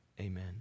amen